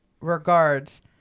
Regards